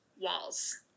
walls